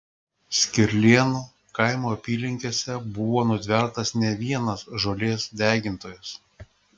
skirlėnų kaimo apylinkėse buvo nutvertas ne vienas žolės degintojas